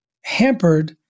hampered